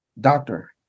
Doctor